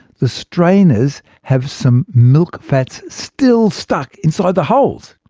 the strainers have some milk fats still stuck in sort of the holes!